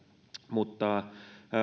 mutta